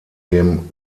dem